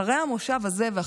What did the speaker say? אחרי המושב הזה,